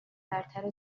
برتر